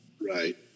Right